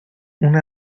una